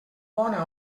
bona